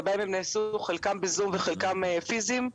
חלקם בזום וחלקם פיזיים,